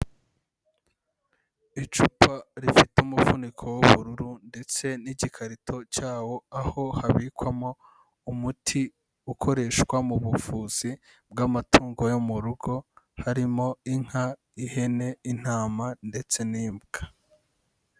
Icupa rifite umuvuniko w'ubururu ndetse n'igikarito cyawo aho habikwamo umuti ukoreshwa mu buvuzi bw'amatungo yo mu rugo harimo inka, ihene, intama ndetse n'imbwa.